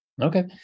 Okay